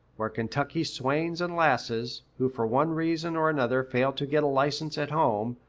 where kentucky swains and lasses, who for one reason or another fail to get a license at home,